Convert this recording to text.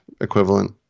equivalent